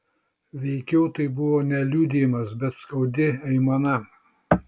veikiau tai buvo ne liudijimas bet skaudi aimana